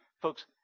Folks